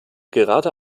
gerade